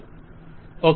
vendor okay